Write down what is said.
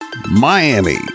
Miami